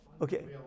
Okay